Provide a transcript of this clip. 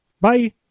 Bye